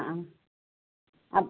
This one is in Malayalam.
അ